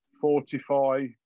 fortify